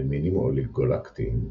במינים אוליגולקטיים,